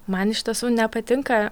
man iš tiesų nepatinka